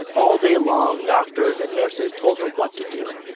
all day long doctors and nurses told her what to do.